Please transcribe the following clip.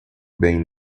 bem